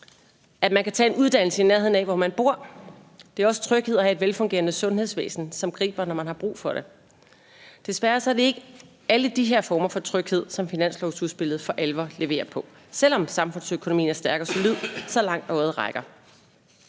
at man kan tage en uddannelse i nærheden af, hvor man bor. Det er også tryghed at have et velfungerende sundhedsvæsen, som griber, når man har brug for det. Desværre er det ikke alle de her former for tryghed, som finanslovsudspillet for alvor leverer på, selv om samfundsøkonomien er stærk og solid, så langt øjet rækker.